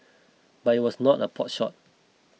but it was not a potshot